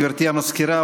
גברתי המזכירה,